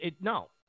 No